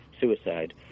suicide